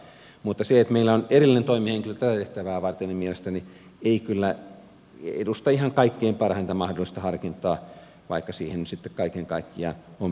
mutta se että meillä on erillinen toimihenkilö tätä tehtävää varten ei mielestäni kyllä edusta ihan kaikkein parhainta mahdollista harkintaa vaikka siihen nyt sitten kaiken kaikkiaan on päädyttykin